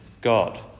God